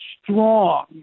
strong